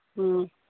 ꯎꯝ